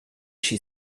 she